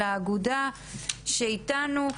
לאגודה שאיתנו,